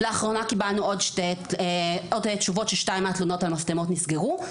לאחרונה קיבלנו עוד תשובות ששתיים מהתלונות על מפטמות נסגרו.